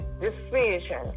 decision